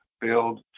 build